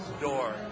door